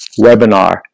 webinar